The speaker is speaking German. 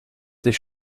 sich